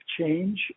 change